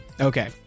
okay